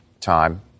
time